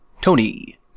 Tony